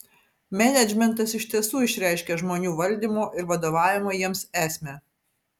menedžmentas iš tiesų išreiškia žmonių valdymo ir vadovavimo jiems esmę